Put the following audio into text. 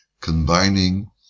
combining